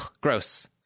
gross